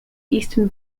eastern